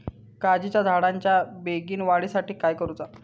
काजीच्या झाडाच्या बेगीन वाढी साठी काय करूचा?